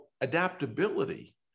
adaptability